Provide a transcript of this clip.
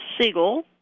Siegel